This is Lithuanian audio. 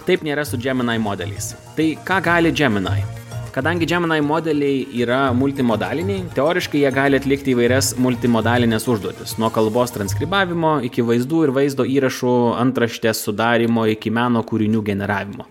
taip nėra su džeminai modelis tai ką gali džeminai kadangi džeminai modeliai yra multi modaliniai teoriškai jie gali atlikti įvairias multi modalines užduotis nuo kalbos transkribavimo iki vaizdų ir vaizdo įrašų antraštės sudarymo iki meno kūrinių generavimo